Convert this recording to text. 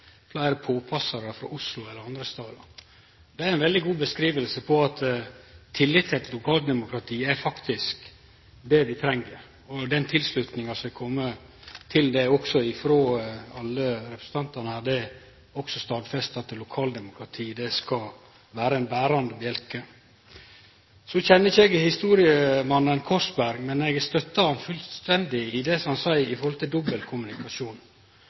fleire påpassarar frå Oslo eller andre stader. Det er ei veldig god beskriving på at tillit til eit lokaldemokrati faktisk er det vi treng. Den tilslutninga som er komme til det frå alle representantane her, stadfestar òg at lokaldemokratiet skal vere ein berande bjelke. Så kjenner ikkje eg historiemannen Korsberg, men eg støttar han fullstendig i det han seier om dobbeltkommunikasjon. Eg meiner ærleg talt at regjeringspartia bør setje seg i